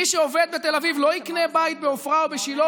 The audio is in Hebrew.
מי שעובד בתל אביב לא יקנה בית בעופרה או בשילה